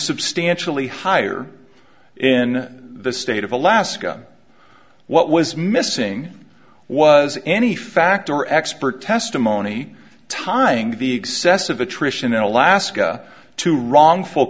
substantially higher in the state of alaska what was missing was any fact or expert testimony timing the excessive attrition in alaska to wrongful